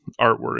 artwork